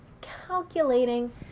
calculating